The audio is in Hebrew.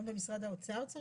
גם למשרד האוצר צריך.